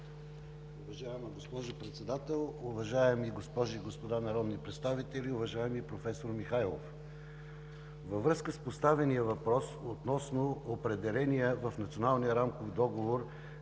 Уважаема госпожо Председател, уважаеми госпожи и господа народни представители, уважаеми професор Михайлов! Във връзка с поставения въпрос относно определения в Националния рамков договор